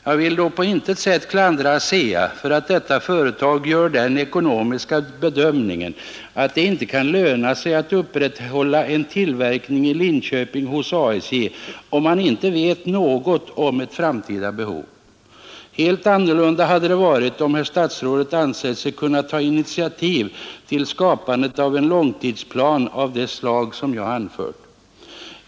Jag vill på intet sätt klandra ASEA för att detta företag gör den ekonomiska bedömningen att det inte kan löna sig att upprätthålla en tillverkning vid ASJ i Linköping, om man inte vet något om det framtida behovet. Helt annorlunda hade det varit om herr statsrådet ansett sig kunna ta initiativ till skapandet av en långtidsplan av det slag som jag talat om.